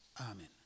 Amen